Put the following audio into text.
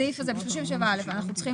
בסעיף 37(א), אנחנו צריכים